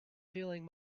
feeling